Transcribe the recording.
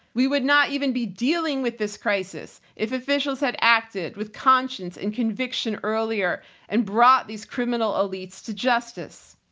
we would not even be dealing with this crisis if officials had acted with conscience and conviction earlier and brought these criminal elites to justice.